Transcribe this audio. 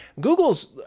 Google's